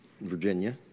Virginia